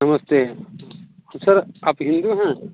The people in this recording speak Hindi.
नमस्ते तो सर आप हिंदू हैं